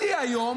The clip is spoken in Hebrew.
השיא היום